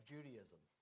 Judaism